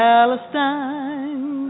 Palestine